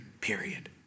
Period